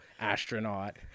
astronaut